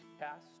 Cast